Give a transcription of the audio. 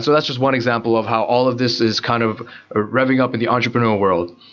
so that's just one example of how all of this is kind of ah revving up in the entrepreneur world.